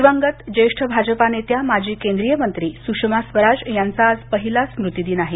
दिवंगत ज्येष्ठ भाजपा नेत्या माजी केंद्रीय मंत्री सुषमा स्वराज यांचा आज पहिला स्मृतिदिन आहे